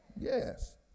Yes